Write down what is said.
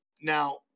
now